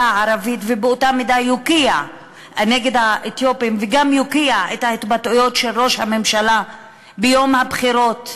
ובאותה מידה יוקיע את ההתבטאויות של ראש הממשלה ביום הבחירות,